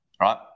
right